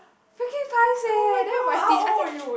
freaking paiseh eh then my tea~ I think